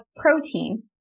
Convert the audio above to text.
protein